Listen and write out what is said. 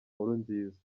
nkurunziza